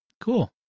Cool